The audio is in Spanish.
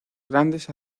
grandes